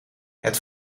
het